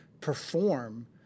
perform